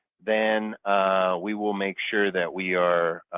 then we will make sure that we are